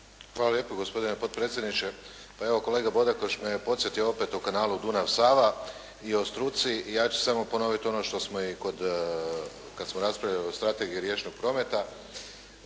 Hvala lijepo gospodine potpredsjedniče. Pa, evo kolega Bodakoš me podsjetio opet o kanalu Dunav-Sava i o struci, ja ću samo ponoviti ono što smo i kod, kad smo raspravljali o Strategiji riječnog prometa